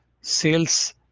sales